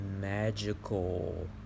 magical